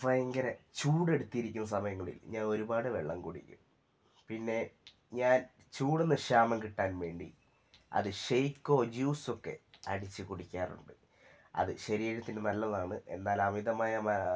ഭയങ്കര ചൂടെടുത്തിരിക്കുന്ന സമയങ്ങളിൽ ഞാൻ ഒരുപാട് വെള്ളം കുടിക്കും പിന്നെ ഞാൻ ചൂടിൽ നിന്ന് ക്ഷാമം കിട്ടാൻ വേണ്ടി അത് ഷെയക്കോ ജ്യൂസൊക്കെ അടിച്ച് കുടിക്കാറുണ്ട് അത് ശരീരത്തിന് നല്ലതാണ് എന്നാലമിതമായ